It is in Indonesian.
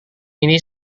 ini